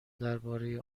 درباره